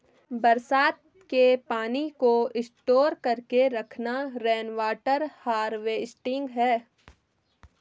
बरसात के पानी को स्टोर करके रखना रेनवॉटर हारवेस्टिंग है